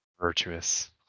virtuous